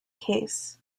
case